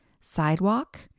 sidewalk